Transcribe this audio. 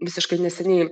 visiškai neseniai